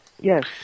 Yes